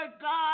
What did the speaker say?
God